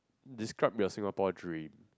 describe your Singapore dream